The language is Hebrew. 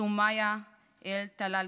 סומאיה אל-טלאלקה,